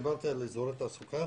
דיברתי על אזורי תעסוקה